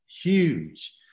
huge